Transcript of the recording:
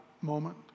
moment